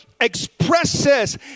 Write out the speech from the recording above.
expresses